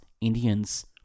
Indians